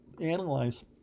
analyze